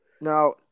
Now